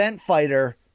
fighter